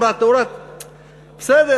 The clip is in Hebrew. והוא קונה קטניות,